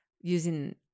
using